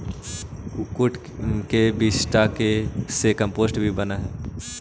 कुक्कुट के विष्ठा से कम्पोस्ट भी बनअ हई